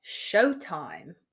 Showtime